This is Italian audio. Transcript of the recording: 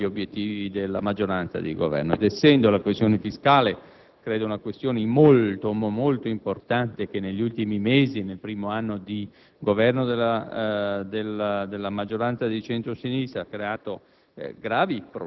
scarsa chiarezza e ancora più scarsa determinazione negli obiettivi della maggioranza di Governo. Essendo quella fiscale una questione molto importante che, negli ultimi mesi, nel primo anno di